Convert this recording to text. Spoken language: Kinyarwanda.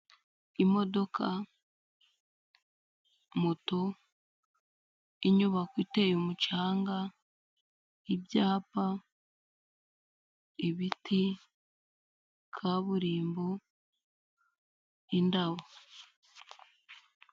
Imodoka, moto, inyubako iteye umucanga, ibyapa, ibiti, kaburimbo, indabo.